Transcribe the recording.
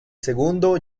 segundo